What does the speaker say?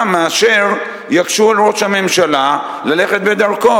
מאשר יקשו על ראש הממשלה ללכת בדרכו.